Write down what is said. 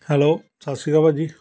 hello Sat Shri Akal ਭਾਅ ਜੀ